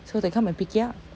so they come and pick it up